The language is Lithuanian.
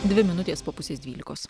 dvi minutės po pusės dvylikos